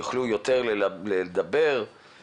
יוכלו לדבר יותר גם בלמידה ובכלל?